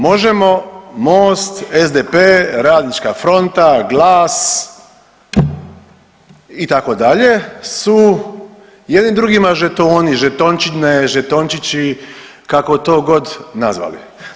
Možemo, Most, SDP, Radnička fronta, GLAS, itd. su jedni drugima žetoni, žetončine, žetončići, kako to god nazvali.